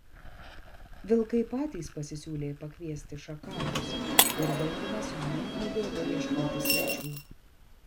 vilkai patys pasisiūlė pakviesti šakalus ir daugumas jų nubėgo ieškoti svečių